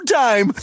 time